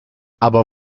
aber